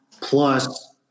plus –